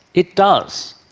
it does.